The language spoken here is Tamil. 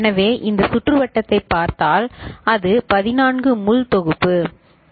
எனவே இந்த சுற்றுவட்டத்தைப் பார்த்தால் அது 14 முள் தொகுப்பு சரி